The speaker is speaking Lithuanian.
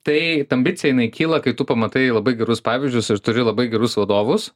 tai ta ambicija jinai kyla kai tu pamatai labai gerus pavyzdžius ir turi labai gerus vadovus